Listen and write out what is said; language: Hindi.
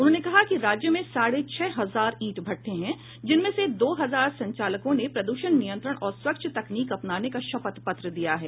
उन्होंने कहा कि राज्य में साढ़े छह हजार ईंट भट्ठे हैं जिनमें से दो हजार संचालकों ने प्रद्षण नियंत्रण और स्वच्छ तकनीक अपनाने का शपथ पत्र दिया है